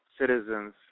citizens